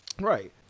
Right